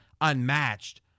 unmatched